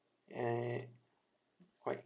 and quite